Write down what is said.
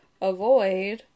avoid